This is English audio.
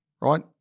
right